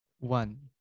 One